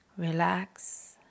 relax